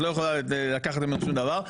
את לא יכולה לקחת ממנו שום דבר.